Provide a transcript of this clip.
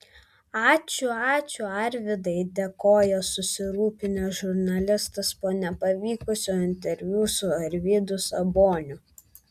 ačiū ačiū arvydai dėkojo susirūpinęs žurnalistas po nepavykusio interviu su arvydu saboniu